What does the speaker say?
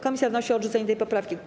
Komisja wnosi o odrzucenie tej poprawki.